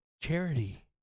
charity